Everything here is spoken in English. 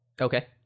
Okay